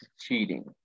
Cheating